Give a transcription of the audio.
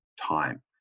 time